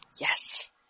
Yes